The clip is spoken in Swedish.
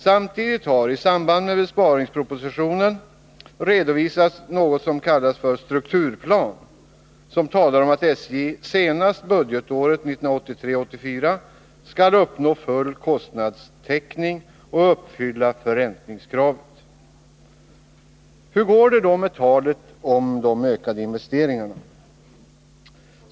Samtidigt har i samband med besparingspropositionen redovisats något som kallas för strukturplan, som talar om att SJ senast budgetåret 1983/84 skall uppnå full kostnadstäckning och uppfylla förräntningskravet. Hur går det då med talet om de ökade investeringarna?